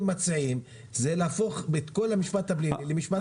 מציעים זה להפוך את כל המשפט הפלילי למשפט מינהלי.